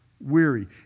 weary